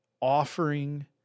offering